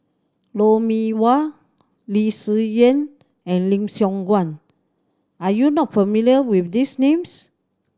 Lou Mee Wah Lee Si Shyan and Lim Siong Guan are you not familiar with these names